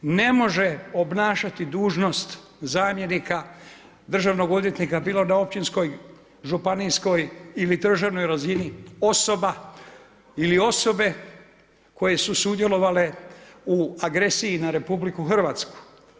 Ne može obnašati dužnost zamjenika državnog odvjetnika bilo na općinskoj, županijskoj ili državnoj razini osoba ili osobe koje su sudjelovale u agresiji na Republiku Hrvatsku.